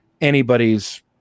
anybody's